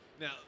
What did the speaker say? Now